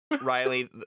Riley